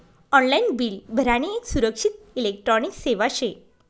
online bill भरानी येक सुरक्षित इलेक्ट्रॉनिक सेवा शे